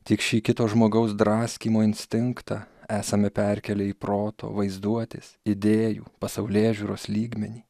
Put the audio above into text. tik šį kito žmogaus draskymo instinktą esame perkėlę į proto vaizduotės idėjų pasaulėžiūros lygmenį